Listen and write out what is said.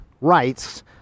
rights